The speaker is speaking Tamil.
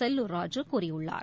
செல்லூர் ராஜு கூறியுள்ளார்